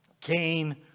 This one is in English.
Cain